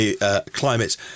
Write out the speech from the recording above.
climate